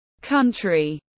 country